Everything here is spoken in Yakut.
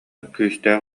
күүстээх